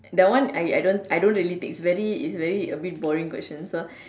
that one I I don't I don't really think it's very it's very a bit boring question so